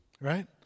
right